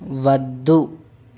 వద్దు